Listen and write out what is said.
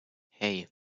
hei